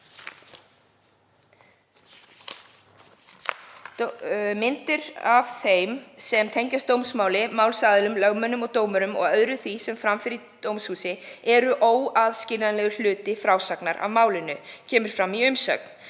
„Myndir af þeim sem tengjast dómsmáli; málsaðilum, lögmönnum og dómurum og öðru því sem fram fer í dómshúsi eru óaðskiljanlegur hluti frásagnar af málinu. Með því að